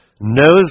knows